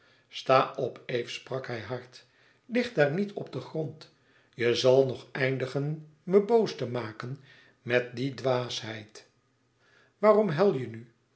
sta op eve sprak hij hard lig daar niet op den grond je zal nog eindigen me boos te maken met die dwaasheid waarom huil je nu